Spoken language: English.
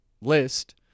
list